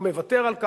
הוא מוותר על כך,